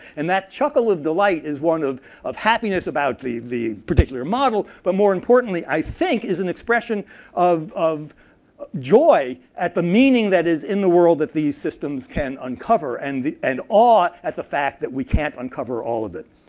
and that chuckle with delight is one of of happiness about the the particular model, but more importantly, i think, is an expression of of joy at the meaning that is in the world that these systems can uncover and and awe at the fact that we can't uncover all of it.